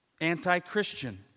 anti-Christian